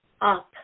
up